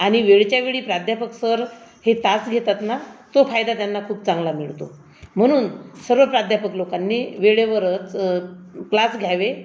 आणि वेळच्या वेळी प्राध्यापक सर हे तास घेतात ना तो फायदा त्यांना खूप चांगला मिळतो म्हणून सर्व प्राध्यापक लोकांनी वेळेवरच क्लास घ्यावे